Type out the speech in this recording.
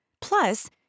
Plus